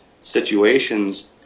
situations